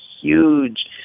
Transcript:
huge